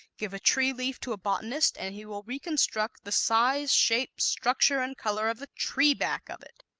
give a tree-leaf to a botanist and he will reconstruct the size, shape, structure and color of the tree back of it.